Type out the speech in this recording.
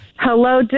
Hello